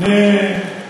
סליחה?